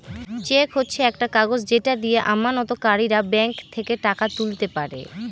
check হচ্ছে একটা কাগজ যেটা দিয়ে আমানতকারীরা ব্যাঙ্ক থেকে টাকা তুলতে পারে